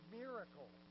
miracle